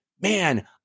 Man